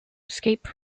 escape